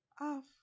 off